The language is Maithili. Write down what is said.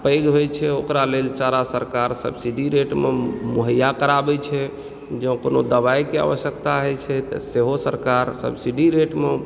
पैघ होइ छै ओकरा लेल चारा सरकार सब्सिडी रेटमे मुहैया कराबय छै जँ कोनो दवाई कऽ आवश्यकता होइ छै तऽ सेहो सरकार सब्सिडी रेटमे